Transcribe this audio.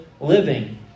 living